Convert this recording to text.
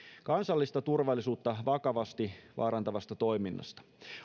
kansallista turvallisuutta vakavasti vaarantavasta toiminnasta